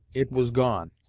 it was gone,